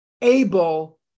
able